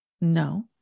no